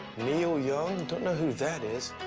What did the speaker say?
neil young don't know who that is.